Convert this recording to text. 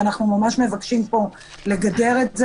ואנחנו ממש מבקשים פה לגדר את זה.